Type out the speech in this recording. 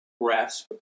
grasp